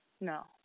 No